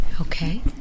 Okay